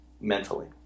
mentally